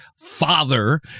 father